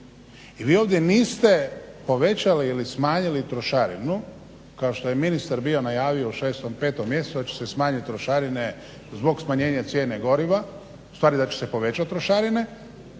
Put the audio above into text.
i vi ovdje niste povećali ili smanjili trošarinu kao što je ministar bio najavio u 5. mjesecu da će se smanjiti trošarine zbog smanjenja cijene goriva, ustvari da će se povećati trošarine,